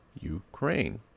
ukraine